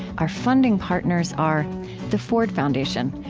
our funding partners are the ford foundation,